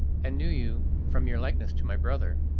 and knew you from your likeness to my brother.